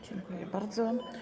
Dziękuję bardzo.